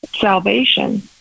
salvation